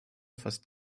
fast